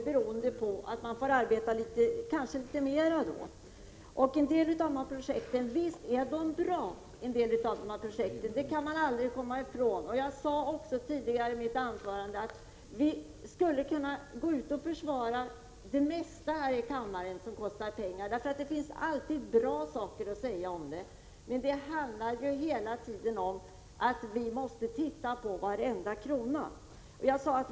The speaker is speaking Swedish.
Herr talman! Vad händer, Charlotte Branting, om dessa statsbidrag inte utgår? Jo, man kanske gör större ansträngningar och arbetar litet mer. Visst är en del av dessa projekt bra; det kan man aldrig komma ifrån. I mitt anförande sade jag att vi här i kammaren kan försvara de flesta förslag som kostar pengar. Men det handlar hela tiden om att vi måste vända på varenda krona.